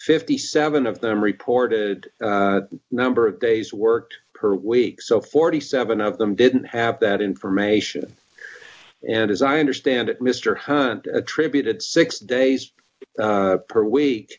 fifty seven of them reported number of days worked ready per week so forty seven of them didn't have that information and as i understand it mr hunt attributed six days per week